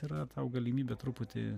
yra tau galimybė truputį